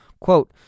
Quote